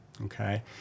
Okay